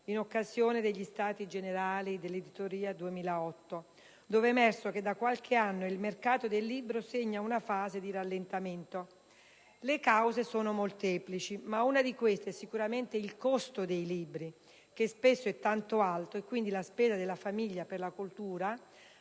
in occasione degli Stati generali dell'editoria 2008, dove è emerso che da qualche anno il mercato del libro segna una fase di rallentamento. Le cause sono molteplici, ma una di queste è sicuramente il costo dei libri, che spesso è molto alto, e quindi la spesa della famiglia per la cultura,